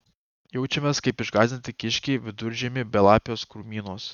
jaučiamės kaip išgąsdinti kiškiai viduržiemį belapiuos krūmynuos